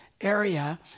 area